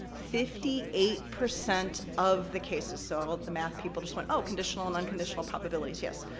fifty eight percent of the cases. so, all of the math people just went, oh, conditional and unconditional probabilities, yes.